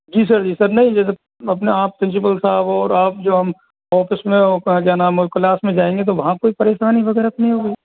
जी sir जी sir नहीं जैसे अपने आप प्रिंसिपल साहब हो और आप जो हम ऑफ़िस में वो क्या नाम है क्लास में जाएंगे तो वहाँ कोई परेशानी वगैरह तो नहीं होगी